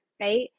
right